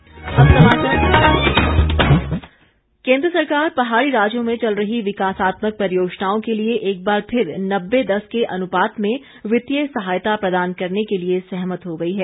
महेन्द्र सिंह केन्द्र सरकार पहाड़ी राज्यों में चल रही विकासात्मक परियोजनाओं के लिए एक बार फिर नब्बे दस के अनुपात में वित्तीय सहायता प्रदान करने के लिए सहमत हो गई है